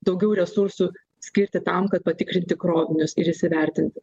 daugiau resursų skirti tam kad patikrinti krovinius ir įsivertinti